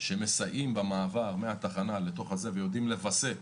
שמסייעים במעבר מהתחנה ויודעים לווסת